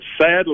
sadly